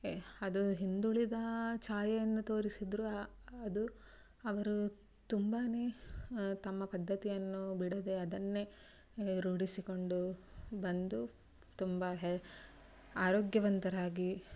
ಅದು ಹಿಂದುಳಿದ ಛಾಯೆಯನ್ನು ತೋರಿಸಿದರೂ ಆ ಅದು ಅವರು ತುಂಬಾ ತಮ್ಮ ಪದ್ದತಿಯನ್ನು ಬಿಡದೇ ಅದನ್ನೇ ರೂಢಿಸಿಕೊಂಡು ಬಂದು ತುಂಬ ಹೇ ಆರೋಗ್ಯವಂತರಾಗಿ